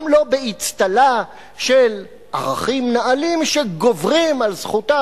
גם לא באצטלה של ערכים נעלים שגוברים על זכותה